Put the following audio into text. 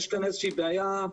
יש כאן איזושהי בעיה.